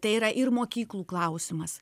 tai yra ir mokyklų klausimas